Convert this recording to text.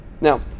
Now